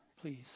please